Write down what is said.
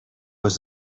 was